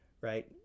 right